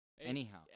Anyhow